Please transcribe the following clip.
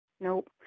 Nope